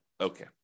okay